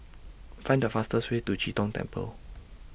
Find The fastest Way to Chee Tong Temple